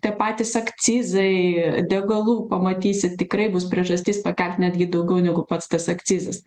tie patys akcizai degalų pamatysit tikrai bus priežastis pakelt netgi daugiau negu pats tas akcizas